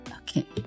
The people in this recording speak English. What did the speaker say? Okay